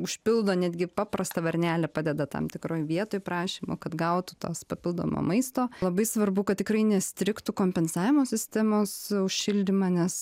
užpildo netgi paprastą varnelę padeda tam tikroj vietoj prašymo kad gautų tas papildomo maisto labai svarbu kad tikrai nestrigtų kompensavimo sistemos už šildymą nes